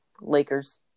Lakers